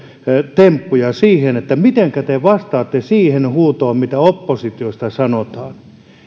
temppuja vastauksena siihen että mitenkä te vastaatte siihen huutoon mitä oppositiosta sanotaan